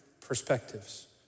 perspectives